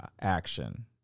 action